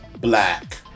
black